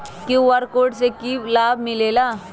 QR code से कि कि लाव मिलेला?